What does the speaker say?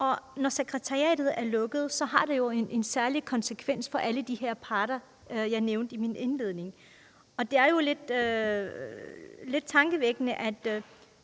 Og når sekretariatet lukker, har det en særlig konsekvens for alle de her parter, jeg nævnte i min indledning. Det er lidt tankevækkende, at